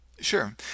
Sure